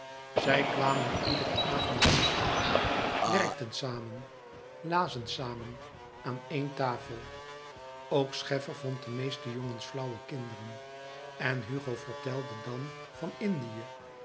zij kwamen iederen avond bij elkaâr werkten samen lazen samen aan éen tafel ook scheffer vond de meeste jongens flauwe kinderen en hugo vertelde dan van indië